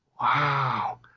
Wow